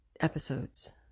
episodes